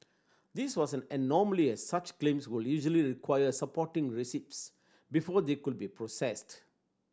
this was an anomaly as such claims would usually require supporting receipts before they could be processed